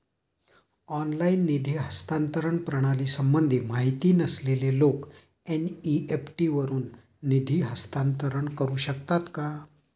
Online निधी हस्तांतरण प्रणालीसंबंधी माहिती नसलेले लोक एन.इ.एफ.टी वरून निधी हस्तांतरण करू शकतात का?